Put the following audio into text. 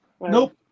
Nope